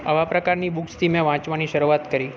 આવા પ્રકારની બુક્સથી મેં વાંચવાની શરૂઆત કરી